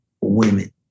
women